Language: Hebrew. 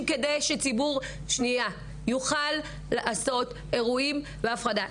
כדי שציבור יוכל לעשות אירועים בהפרדה.